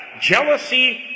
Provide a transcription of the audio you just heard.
jealousy